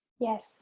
Yes